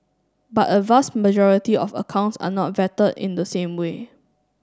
but a vast majority of accounts are not vetted in the same way